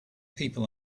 people